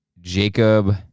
Jacob